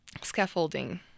scaffolding